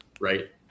right